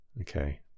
Okay